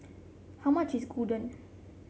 how much is Gyudon